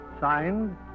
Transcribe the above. Signed